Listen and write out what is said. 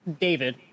David